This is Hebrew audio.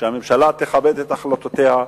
הוא שהממשלה תכבד את החלטותיה,